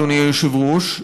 אדוני היושב-ראש,